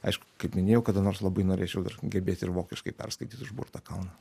aišku kaip minėjau kada nors labai norėčiau dar gebėt ir vokiškai perskaityti užburtą kauną